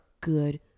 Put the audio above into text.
good